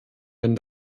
wenn